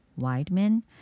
Weidman